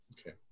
Okay